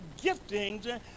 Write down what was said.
giftings